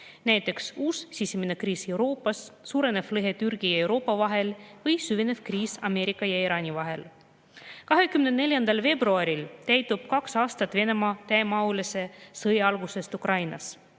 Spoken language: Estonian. näiteks uus sisemine kriis Euroopas, suurenev lõhe Türgi ja Euroopa vahel või süvenev kriis Ameerika ja Iraani vahel. 24. veebruaril täitub kaks aastat Venemaa täiemahulise sõja algusest Ukrainas.